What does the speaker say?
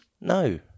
No